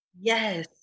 Yes